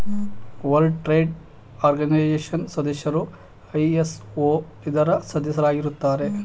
world trade organisation ಸದಸ್ಯರು ISO ಇದರ ಸದಸ್ಯರಾಗಿರುತ್ತಾರೆ